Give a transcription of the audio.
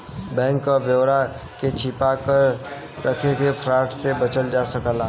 bank क ब्यौरा के छिपा के रख से फ्रॉड से बचल जा सकला